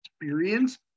experience